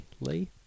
Lee